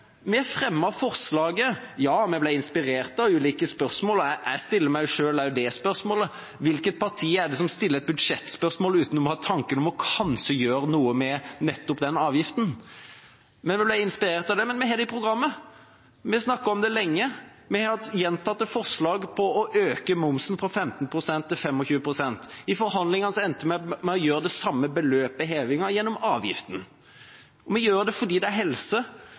fremmet vi forslaget. Vi ble inspirert av ulike spørsmål, og jeg stiller meg selv spørsmålet: Hvilket parti er det som stiller et budsjettspørsmål uten å ha tanker om kanskje å gjøre noe med nettopp den avgiften? Vi ble inspirert av det. Vi har det i programmet. Vi har snakket om det lenge. Vi har hatt gjentatte forslag om å øke momsen fra 15 pst. til 25 pst. I forhandlingene endte vi med å heve det samme beløpet gjennom avgiften. Vi gjør det fordi det er helse.